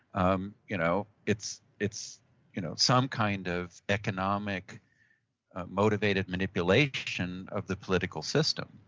um you know it's it's you know some kind of economic motivated manipulation of the political system,